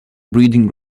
breeding